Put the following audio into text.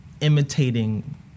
imitating